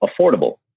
affordable